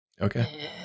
okay